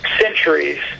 centuries